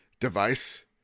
device